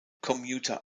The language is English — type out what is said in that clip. commuter